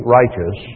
righteous